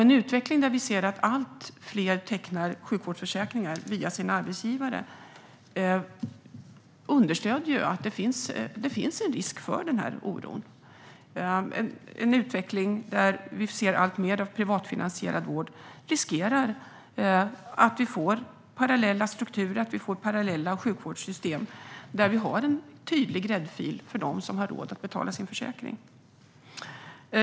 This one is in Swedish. En utveckling där vi ser allt fler teckna sjukvårdsförsäkringar via sin arbetsgivare understöder att det finns en risk för denna oro. En utveckling mot alltmer privatfinansierad vård riskerar att skapa parallella strukturer och parallella sjukvårdssystem med en tydlig gräddfil för dem som har råd att betala en försäkring.